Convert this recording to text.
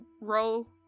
roll